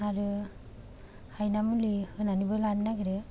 आरो हायनामुलि होनानैबो लानो नागिरो